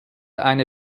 eine